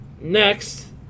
next